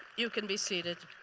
you can be seated.